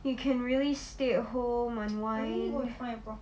you can really stay at home and whine